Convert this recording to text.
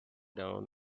down